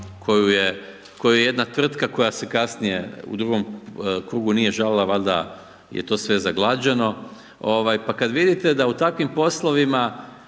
koju je jedna tvrtka koja se je kasnije u drugom krugu nije žalila, valjda je to sve zaglađeno, pa kada vidite da u takvim poslovima